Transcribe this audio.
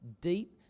deep